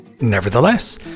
Nevertheless